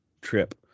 trip